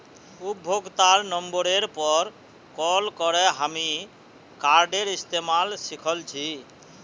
उपभोक्तार नंबरेर पर कॉल करे हामी कार्डेर इस्तमाल सिखल छि